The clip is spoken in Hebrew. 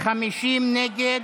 50 נגד,